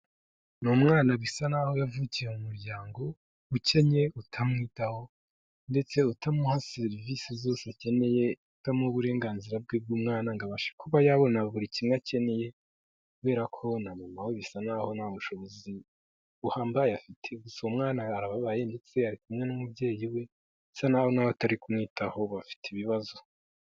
Ni umwana bisa naho yavukiye mu muryango ukennye utamwitaho, ndetse utamuha serivisi zose akeneye. Utamuha uburenganzira bwe bw'umwana ngo abashe kuba yabona buri kimwe akeneye, kubera ko na mama we bisa naho nta bushobozi buhambaye afite. Gusa umwana arababaye ndetse ari kumwe n'umubyeyi we, usa naho na we atarikumwitaho. Bafite ibibazo.